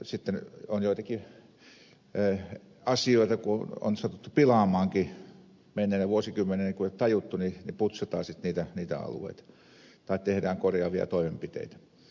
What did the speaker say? sitten on joitakin asioita kun on satuttu pilaamaankin menneinä vuosikymmeninä kun ei ole tajuttu ja putsataan sitten niitä alueita tai tehdään korjaavia toimenpiteitä